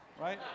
right